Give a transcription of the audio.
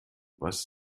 was